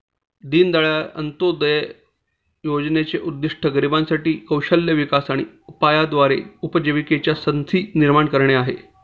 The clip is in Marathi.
दीनदयाळ अंत्योदय योजनेचे उद्दिष्ट गरिबांसाठी साठी कौशल्य विकास उपायाद्वारे उपजीविकेच्या संधी निर्माण करणे आहे